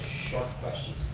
short questions.